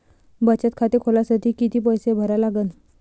बचत खाते खोलासाठी किती पैसे भरा लागन?